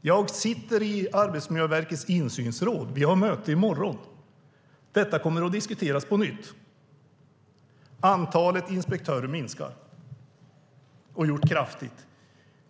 Jag sitter i Arbetsmiljöverkets insynsråd, och vi har möte i morgon. Detta kommer att diskuteras på nytt. Antalet inspektörer minskar, och har minskat kraftigt.